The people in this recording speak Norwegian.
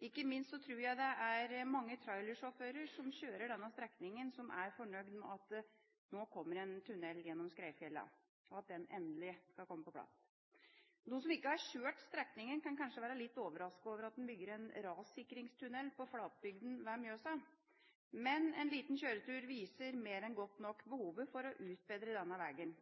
Ikke minst tror jeg det er mange trailersjåfører som kjører denne strekningen, som er fornøyd med at det nå kommer en tunnel gjennom Skreifjella, og at den endelig skal komme på plass. De som ikke har kjørt strekningen, kan kanskje være litt overrasket over at en bygger en rassikringstunnell på flatbygdene ved Mjøsa, men en liten kjøretur viser mer enn godt nok behovet for å utbedre vegen.